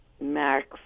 Max